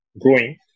growing